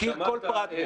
מכיר כל פרט בו.